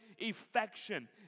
affection